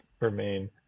remain